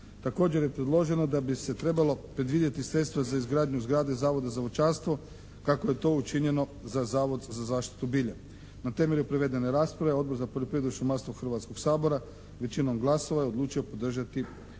Također je predloženo da bi se trebalo predvidjeti sredstva za izgradnju zgrade Zavoda za voćarstvo kako je to učinjeno za Zavod za zaštitu bilja. Na temelju provedene rasprave Odbor za poljoprivredu i šumarstvo Hrvatskog sabora većinom glasova je odlučio podržati